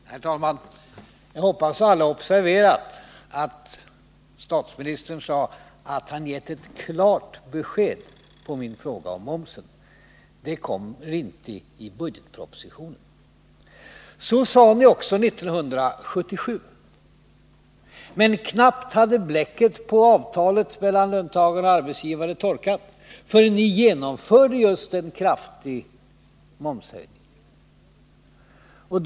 Herr talman! Jag hoppas att alla observerade att statsministern sade att han givit ett klart besked på min fråga om momsen: det kommer inte i budgetpropositionen. Så sade ni också 1977, men knappt hade bläcket på avtalet mellan löntagare och arbetsgivare torkat förrän ni genomförde just en kraftig momshöjning.